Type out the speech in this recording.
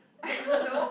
I don't know